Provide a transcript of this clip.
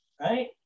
right